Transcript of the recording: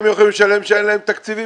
בריאות באגף התקציבים.